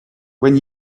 when